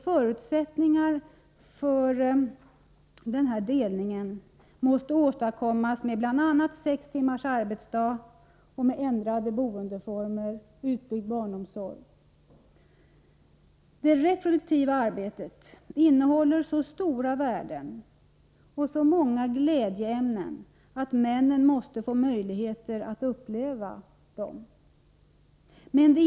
Förutsättningar för en sådan delning måste skapas bl.a. genom sex timmars arbetsdag, ändrade boendeformer och en utbyggd barnomsorg. Det reproduktiva arbetet innehåller så stora värden och så många glädjeämnen att männen måste få möjligheter att uppleva dessa.